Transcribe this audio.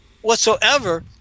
whatsoever